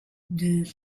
deux